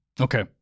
Okay